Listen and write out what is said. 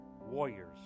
warriors